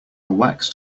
waxed